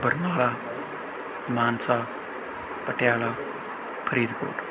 Barnala Mansa Patiala Faridkot